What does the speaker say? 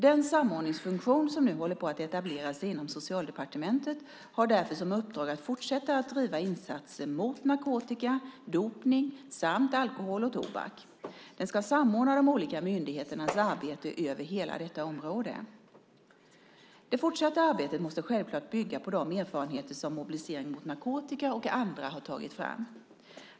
Den samordningsfunktion som nu håller på att etablera sig inom Socialdepartementet har därför som uppdrag att fortsätta att driva insatser mot narkotika, dopning samt alkohol och tobak. Den ska samordna de olika myndigheternas arbete över hela detta område. Det fortsatta arbetet måste självfallet bygga på de erfarenheter som Mobilisering mot narkotika och andra har tagit fram.